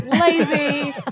Lazy